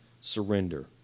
surrender